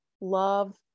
love